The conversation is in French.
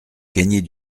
gagner